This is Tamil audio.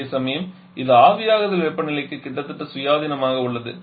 அதேசமயம் இது ஆவியாகுதல் வெப்பநிலையிலிருந்து கிட்டத்தட்ட சுயாதீனமாக உள்ளது